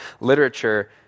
literature